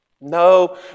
No